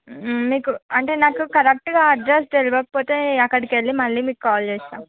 మీకు అంటే నాకు కరెక్ట్గా అడ్రస్ తెలియకపోతే అక్కడకి వెళ్ళి మళ్ళీ మీకు కాల్ చేస్తాను